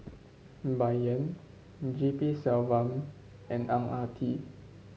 Bai Yan G P Selvam and Ang Ah Tee